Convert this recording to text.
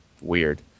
weird